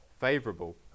favourable